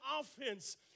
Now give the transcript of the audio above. offense